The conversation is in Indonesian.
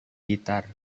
gitar